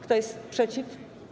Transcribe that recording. Kto jest przeciw?